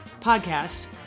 podcast